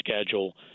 schedule